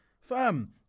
fam